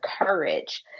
courage